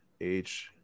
-H